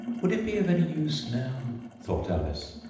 would it be of any use, now thought alice,